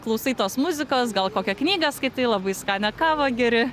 klausai tos muzikos gal kokią knygą skaitai labai skanią kavą geri